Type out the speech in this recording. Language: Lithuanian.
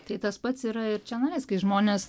tai tas pats yra ir čianais kai žmonės